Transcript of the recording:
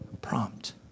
prompt